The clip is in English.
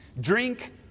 drink